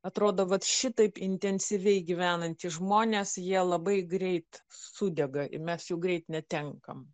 atrodo vat šitaip intensyviai gyvenantys žmonės jie labai greit sudega ir mes jų greit netenkam